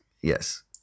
yes